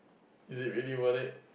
is it really worth it